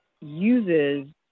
uses